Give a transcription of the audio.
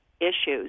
issues